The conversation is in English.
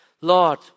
Lord